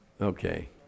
Okay